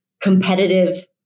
competitive